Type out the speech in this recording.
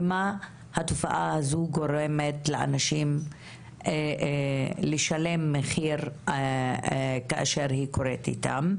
ומה התופעה הזאת גורמת לאנשים לשלם מחיר כאשר היא קורית איתם,